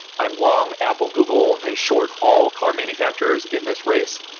i'm long apple-google and short all car manufacturers in this race.